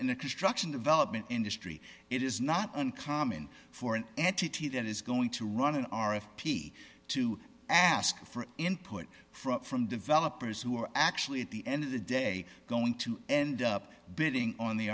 in the construction development industry it is not uncommon for an entity that is going to run an r f p to ask for input from from developers who are actually at the end of the day going to end up bidding on the